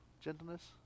gentleness